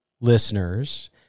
listeners